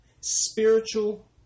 Spiritual